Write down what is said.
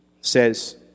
says